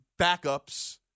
backups